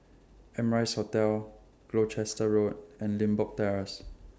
Amrise Hotel Gloucester Road and Limbok Terrace